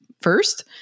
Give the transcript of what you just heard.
first